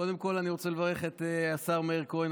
קודם כול אני רוצה לברך את השר מאיר כהן,